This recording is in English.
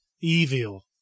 Evil